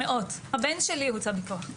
הבן שלי הוצא בכוח.